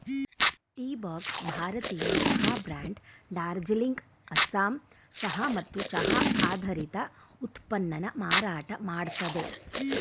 Teabox ಭಾರತೀಯ ಚಹಾ brand Darjeeling Assam ಚಹಾ ಮತ್ತು ಚಹಾ ಆಧಾರಿತ ಉತ್ಪನ್ನನ ಮಾರಾಟ ಮಾಡ್ತದೆ